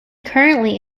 currently